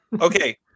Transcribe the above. Okay